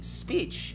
speech